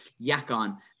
Yakon